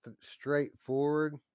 straightforward